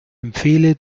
empfehle